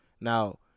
Now